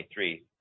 2023